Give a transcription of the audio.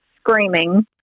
screaming